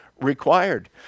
required